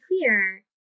clear